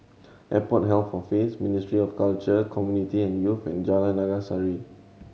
Airport Health Office Ministry of Culture Community and Youth and Jalan Naga Sari